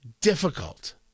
difficult